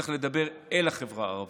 צריך לדבר אל החברה הערבית.